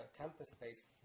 campus-based